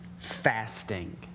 fasting